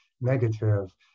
negative